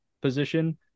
position